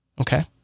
Okay